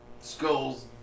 skull's